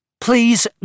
Please